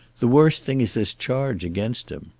the worst thing is this charge against him.